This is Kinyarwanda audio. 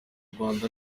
rwanda